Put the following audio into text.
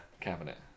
cabinet